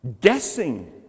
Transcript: guessing